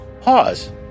pause